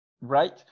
right